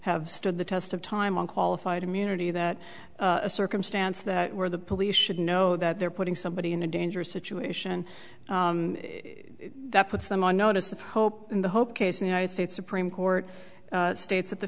have stood the test of time on qualified immunity that a circumstance that where the police should know that they're putting somebody in a dangerous situation that puts them on notice of hope in the hope case united states supreme court states that the